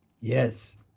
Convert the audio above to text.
Yes